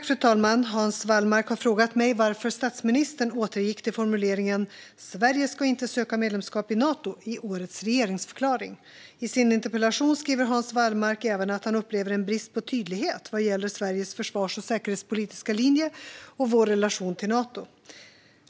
Fru talman! Hans Wallmark har frågat mig varför statsministern återgick till formuleringen "Sverige ska inte söka medlemskap i Nato" i årets regeringsförklaring. I sin interpellation skriver Hans Wallmark även att han upplever en brist på tydlighet vad gäller Sveriges försvars och säkerhetspolitiska linje och vår relation till Nato.